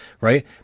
right